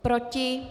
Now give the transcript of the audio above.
Proti?